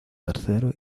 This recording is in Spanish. tercero